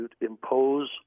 impose